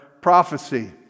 prophecy